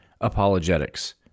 apologetics